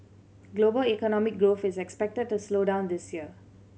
global economic growth is expected to slow down this year